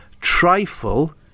Trifle